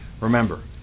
Remember